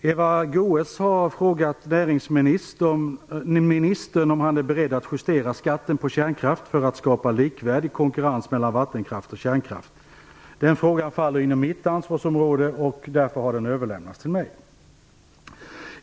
Herr talman! Eva Goës har frågat näringsministern om han är beredd att justera skatten på kärnkraft för att skapa likvärdig konkurrens mellan vattenkraft och kärnkraft. Då frågan faller inom mitt ansvarsområde har den överlämnats till mig.